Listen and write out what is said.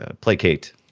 placate